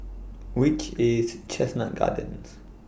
Which IS Chestnut Gardens